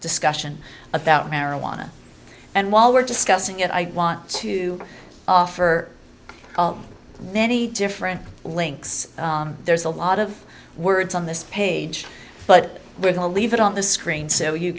discussion about marijuana and while we're discussing it i want to offer many different links there's a lot of words on this page but we're going to leave it on the screen so you